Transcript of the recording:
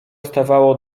stawało